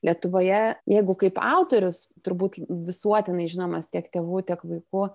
lietuvoje jeigu kaip autorius turbūt visuotinai žinomas tiek tėvų tiek vaikų